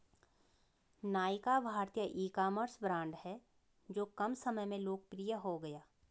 नायका भारतीय ecommerce brand हैं जो कम समय में लोकप्रिय हो गया